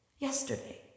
Yesterday